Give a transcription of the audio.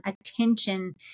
attention